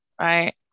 right